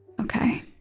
Okay